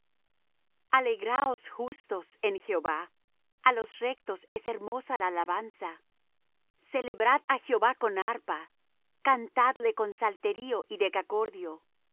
alegraos justos en jehová a los rectos es hermosa la alabanza celebrad á jehová con arpa cantadle con salterio y